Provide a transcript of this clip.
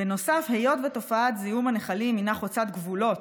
היות שתופעת זיהום הנחלים חוצה גבולות,